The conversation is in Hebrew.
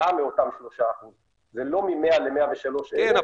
כתוצאה מאותם 3%. זה לא מ-100,000 ל-103,000 --- כן,